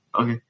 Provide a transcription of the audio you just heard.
okay